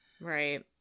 Right